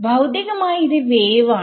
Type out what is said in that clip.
ഭൌതികമായി ഇത് വേവ് ആണ്